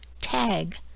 Tag